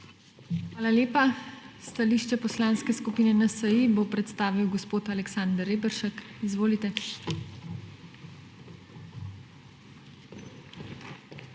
Hvala lepa. Stališče Poslanske skupine NSi bo predstavil gospod Aleksander Reberšek. Izvolite.